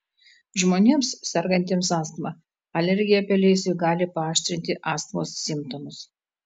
žmonėms sergantiems astma alergija pelėsiui gali paaštrinti astmos simptomus